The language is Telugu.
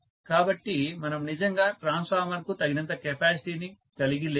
కాబట్టి మనము నిజంగా ట్రాన్స్ఫార్మర్ కు తగినంత కెపాసిటీని కలిగి లేము